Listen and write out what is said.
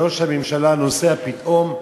שראש הממשלה נוסע פתאום,